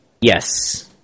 Yes